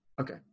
okay